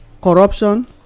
corruption